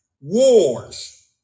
wars